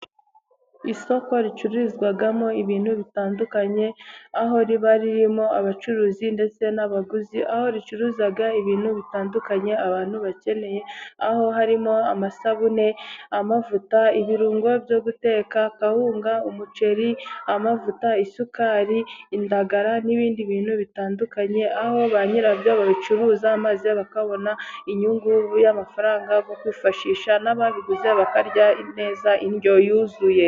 Isoko ricururizwamo ibintu bitandukanye, aho riba ririmo abacuruzi ndetse n'abaguzi, aho ricuruza ibintu bitandukanye abantu bakeneye, aho harimo amasabune, amavuta, ibirungo byo guteka, kawunga, umuceri, amavuta, isukari, indagara n'ibindi bintu bitandukanye, aho ba nyirabyo babicuruza, maze bakabona inyungu y'amafaranga yo kwifashisha, n'ababiguze bakarya neza, indyo yuzuye.